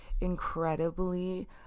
incredibly